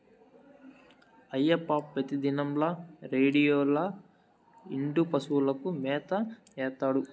అయ్యప్ప పెతిదినంల రేడియోలో ఇంటూ పశువులకు మేత ఏత్తాడు